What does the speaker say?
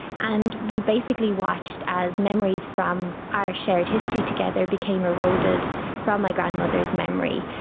and we basically watched as memories from our shared history together became eroded from my grandmother's memory.